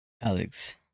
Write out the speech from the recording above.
Alex